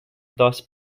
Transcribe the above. thus